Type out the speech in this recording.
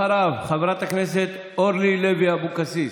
אחריו, חברת הכנסת אורלי לוי אבקסיס,